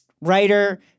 writer